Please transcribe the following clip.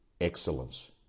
excellence